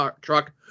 truck